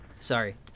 sorry